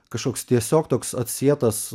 kažkoks tiesiog toks atsietas